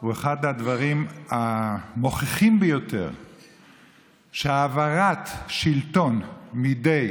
הוא אחד הדברים שמוכיחים ביותר שהעברת שלטון מידי